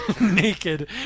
naked